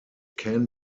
can